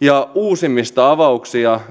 ja uusimmista